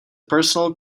personal